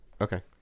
Okay